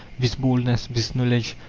this boldness, this knowledge,